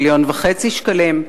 מיליון וחצי שקלים,